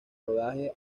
rodaje